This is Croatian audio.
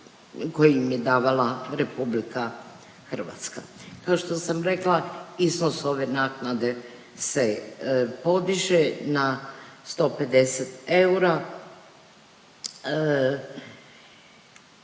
koje im je davala RH. Kao što sam rekla iznos ove naknade se podiže na 150 eura.